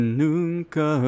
nunca